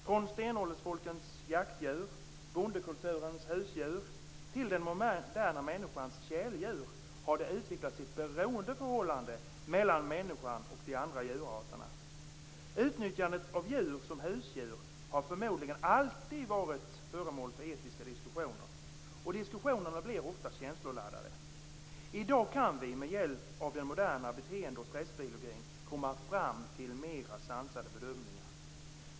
Från stenåldersfolkens jaktdjur via bondekulturens husdjur till den moderna människans keldjur har det utvecklats ett beroendeförhållande mellan människan och de andra djurarterna. Utnyttjandet av djur som husdjur har förmodligen alltid varit föremål för etiska diskussioner, och diskussionerna blir ofta känsloladdade. I dag kan vi med hjälp av den moderna beteende och stressbiologin komma fram till mer sansade bedömningar.